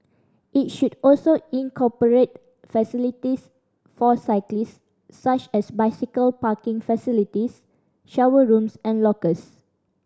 it should also incorporate facilities for cyclists such as bicycle parking facilities shower rooms and lockers